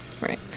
right